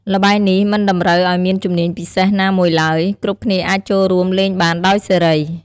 ល្បែងនេះមិនតម្រូវឱ្យមានជំនាញពិសេសណាមួយឡើយ គ្រប់គ្នាអាចចូលរួមលេងបានដោយសេរី។